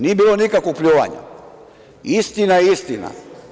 Nije bilo nikakvog pljuvanja, istina je istina.